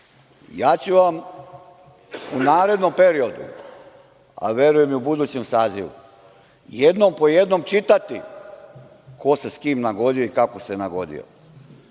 korupcija.U narednom periodu, a verujem i u budućem sazivu, ja ću vam jednom po jednom čitati ko se sa kim nagodio i kako se nagodio,